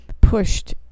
pushed